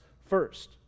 first